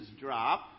drop